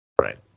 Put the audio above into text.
right